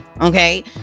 okay